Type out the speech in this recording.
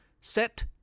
set